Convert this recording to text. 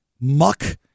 Muck